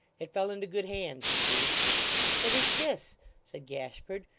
it fell into good hands, you see what is this said gashford,